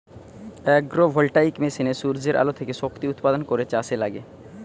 agro voltaic মেশিনে সূর্যের আলো থেকে শক্তি উৎপাদন করে চাষে লাগে